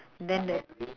then that